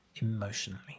emotionally